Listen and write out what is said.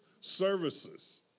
services